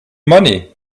money